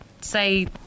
say